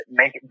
make